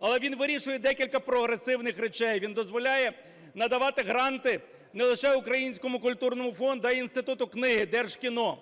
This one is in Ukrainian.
але він вирішує декілька прогресивних речей. Він дозволяє надавати гранти не лише Українському культурному фонду, а й Інституту книги, Держкіно.